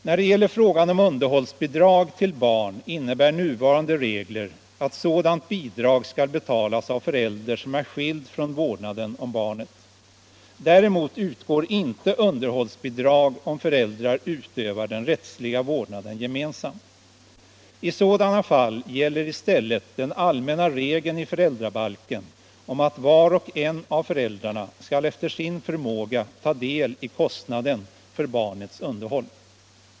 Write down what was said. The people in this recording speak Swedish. När det gäller frågan om underhållsbidrag till barn innebär nuvarande regler att sådant bidrag skall betalas av förälder som är skild från vårdnaden om barnet. Däremot utgår inte underhållsbidrag om föräldrar utövar den rättsliga vårdnaden gemensamt. I sådana fall gäller i stället den allmänna regeln i föräldrabalken om att var och en av föräldrarna skall efter sin förmåga ta del i kostnaden för barnets underhåll.